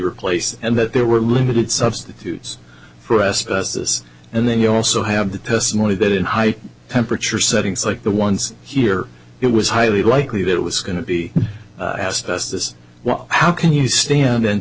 replaced and that there were limited substitutes for us as this and then you also have the testimony that in high temperature settings like the ones here it was highly likely that it was going to be asbestos well how can you stand and